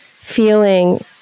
feeling